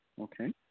Okay